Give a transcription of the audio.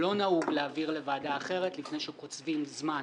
לא נהוג להעביר לוועדה אחרת לפני שקוצבים זמן